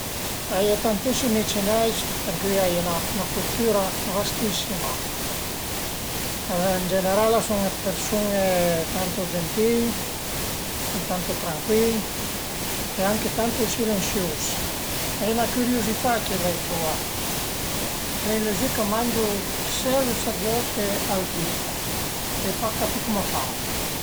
D'solit guardu ën po dë televiziun, cuindi le nutisie dël telegiornale për esi infurmà, pöi l'ai ën liber ch'a m'pias lezi e alura lu pìu ën man e vadu avanti 'na dezen-a dë pagine e pöi a volte stagu anche li des minüte, ün cuart d'ura propi a fe niente